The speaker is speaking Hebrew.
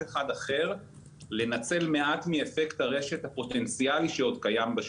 אחד אחר לנצל מעט מאפקט הרשת הפוטנציאלי שעוד קיים בשוק.